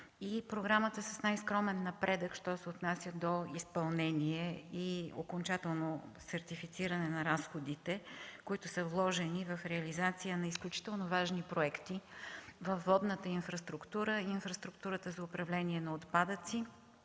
г. и е с най-скромен напредък, що се отнася до изпълнение и окончателно сертифициране на разходите, които са вложени в реализация на изключително важни проекти във водната инфраструктура, инфраструктурата за управление на отпадъци,